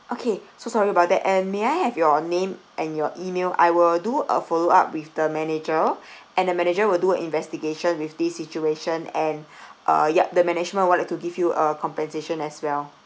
okay so sorry about that and may I have your name and your email I will do a follow up with the manager and the manager will do investigations with this situation and uh yup the management wanted to give you a compensation as well